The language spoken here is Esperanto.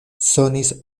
sonis